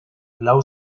lau